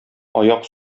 аяк